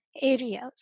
areas